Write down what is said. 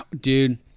Dude